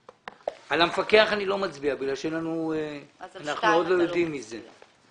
עד סעיף 6. על המפקח אני לא מצביע כי אנחנו עוד לא יודעים מי זה.